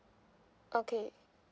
okay